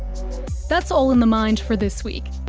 that's all in the mind for this week.